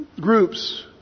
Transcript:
groups